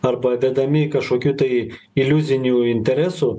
arba vedami kažkokių tai iliuzinių interesų